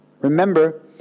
Remember